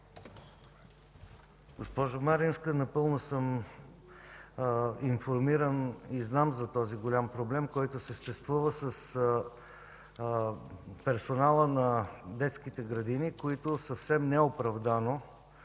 Госпожо Маринска, напълно съм информиран и знам за този голям проблем, който съществува с персонала на детските градини, които съвсем неоправдано